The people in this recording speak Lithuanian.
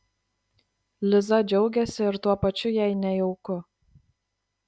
liza džiaugiasi ir tuo pačiu jai nejauku